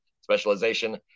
specialization